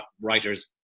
writers